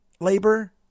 labor